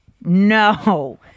no